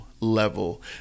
level